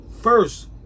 first